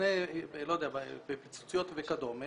יקנה בפיצוציות וכדומה